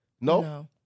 No